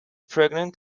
pregnant